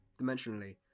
dimensionally